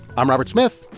i'm robert smith.